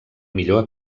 millor